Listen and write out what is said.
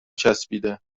چسبیده